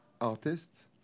artists